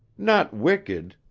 not wicked.